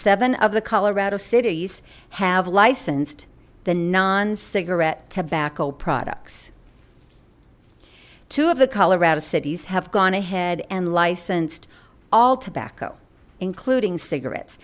seven of the colorado cities have licensed the non cigarette tobacco products two of the colorado cities have gone ahead and licensed all tobacco including cigarettes